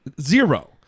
zero